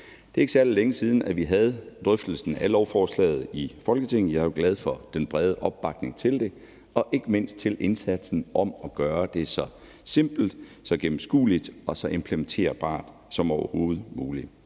Det er ikke særlig længe siden, at vi havde drøftelsen af lovforslaget i Folketinget. Jeg var glad for den brede opbakning til det, ikke mindst i forhold til indsatsen for at gøre det så simpelt, så gennemskueligt og så implementerbart som overhovedet muligt.